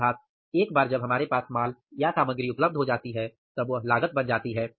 अर्थात एक बार जब हमारे पास माल या सामग्री उपलब्ध हो जाती है तब वह लागत बन जाती है